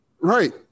Right